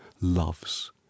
loves